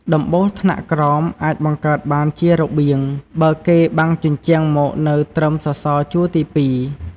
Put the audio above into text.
ដំបូលថ្នាក់ក្រោមអាចបង្កើតបានជារបៀង បើគេបាំងជញ្ជាំងមកនៅត្រឹមសសរជួរទីពីរ ។